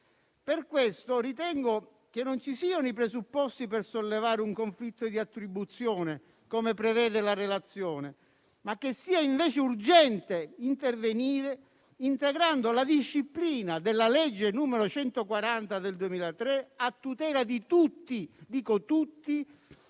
Per questo, ritengo che non ci siano i presupposti per sollevare un conflitto di attribuzione, come prevede la relazione, ma che sia invece urgente intervenire integrando la disciplina della legge n. 140 del 2003 a tutela di tutti i componenti